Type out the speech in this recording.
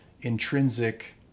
intrinsic